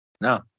No